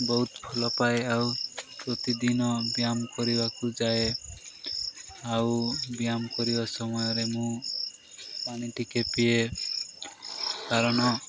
ବହୁତ ଭଲ ପାଏ ଆଉ ପ୍ରତିଦିନ ବ୍ୟାୟାମ କରିବାକୁ ଯାଏ ଆଉ ବ୍ୟାୟାମ କରିବା ସମୟରେ ମୁଁ ପାଣି ଟିକେ ପିଏ କାରଣ